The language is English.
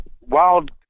wild